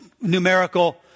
numerical